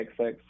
XX